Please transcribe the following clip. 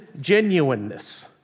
genuineness